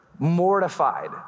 mortified